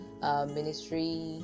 ministry